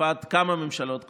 בתקופת כמה ממשלות קודמות.